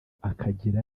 akagira